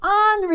on